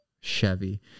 Chevy